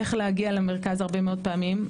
איך להגיע למרכז הרבה מאוד פעמים,